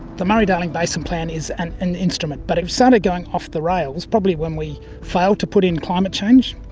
the murray-darling basin plan is an an instrument, but it started going off the rails probably when we failed to put in climate change.